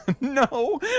No